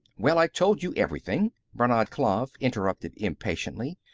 well, i told you everything, brannad klav interrupted impatiently.